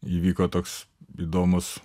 įvyko toks įdomus